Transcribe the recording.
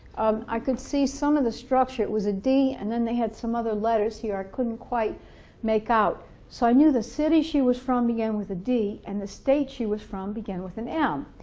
um i could see some of the structure it was a d and then they had some other letters here i couldn't quite make out so i knew the city she was from began with a d and the state she was from began with an m.